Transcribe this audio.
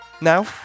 Now